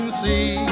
see